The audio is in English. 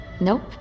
Nope